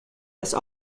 des